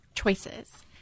choices